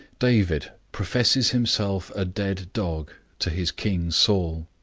david professes himself a dead dog to his king saul,